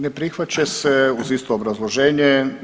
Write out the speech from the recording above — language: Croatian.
Ne prihvaća se uz isto obrazloženje.